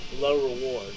low-reward